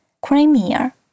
Crimea